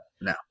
no